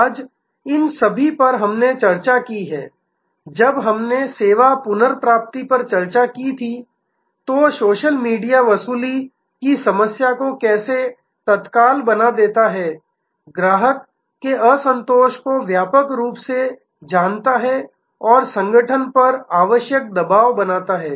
आज इन सभी पर हमने चर्चा की है जब हमने सेवा पुनर्प्राप्ति पर चर्चा की थी तो सोशल मीडिया वसूली की समस्या को कैसे तत्काल बना देता है ग्राहक के असंतोष को व्यापक रूप से जानता है और संगठन पर आवश्यक दबाव बनाता है